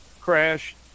crash